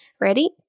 Ready